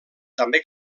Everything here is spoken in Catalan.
també